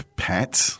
pets